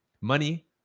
Money